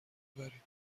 ببریم